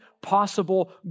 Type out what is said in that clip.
possible